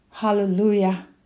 Hallelujah